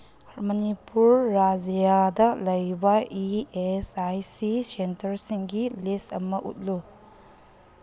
ꯃꯅꯤꯄꯨꯔ ꯔꯥꯖ꯭ꯌꯥꯗ ꯂꯩꯕ E S I C ꯁꯦꯟꯇꯔꯁꯤꯡꯒꯤ ꯂꯤꯁ ꯑꯃ ꯎꯠꯂꯨ